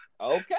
okay